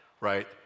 right